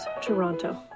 Toronto